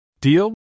Deal